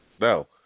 No